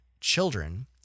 children